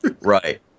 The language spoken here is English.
Right